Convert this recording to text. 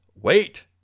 wait